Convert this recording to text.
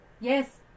Yes